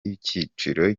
icyiciro